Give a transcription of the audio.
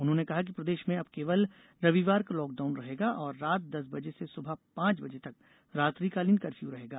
उन्होंने कहा कि प्रदेश में अब केवल रविवार को लॉकडाउन रहेगा और रात दस बजे से सुबह पांच बजे तक रात्रिकालीन कफ़र्यू रहेगा